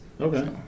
Okay